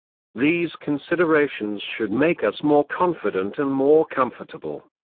these considerations should make us more confident and more comfortable.